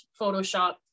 Photoshop